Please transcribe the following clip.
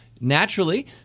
naturally